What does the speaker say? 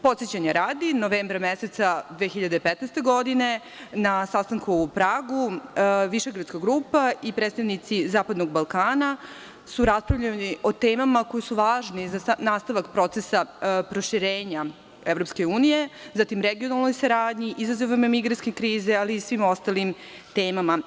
Podsećana radi, novembra meseca 2015. godine, na sastanku u Pragu, Višegradska grupa i predstavnici zapadnog Balkana su raspravljali o temama koje su važne za nastavak procesa proširenja EU, zatim regionalnoj saradnji, izazovima migrantske krize, ali i svim ostalim temama.